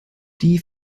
die